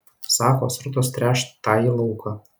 sako srutos tręš tąjį lauką